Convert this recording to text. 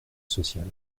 social